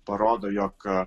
parodo jog